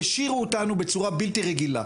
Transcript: העשירו אותנו בצורה בלתי רגילה.